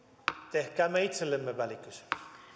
tehkäämme itsellemme välikysymys